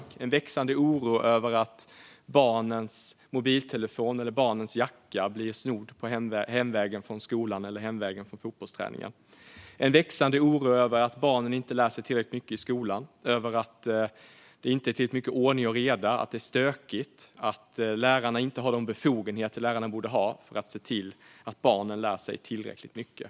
Det finns en växande oro över att barnens mobiltelefon eller jacka ska bli snodd på vägen hem från skolan eller fotbollsträningen. Det finns en växande oro över att barnen inte lär sig tillräckligt mycket i skolan, över att det inte är tillräckligt mycket ordning och reda, över att det är stökigt och över att lärarna inte har de befogenheter de borde ha för att se till att barnen lär sig tillräckligt mycket.